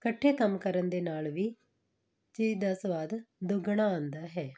ਇਕੱਠੇ ਕੰਮ ਕਰਨ ਦੇ ਨਾਲ ਵੀ ਚੀਜ਼ ਦਾ ਸਵਾਦ ਦੁੱਗਣਾ ਆਉਂਦਾ ਹੈ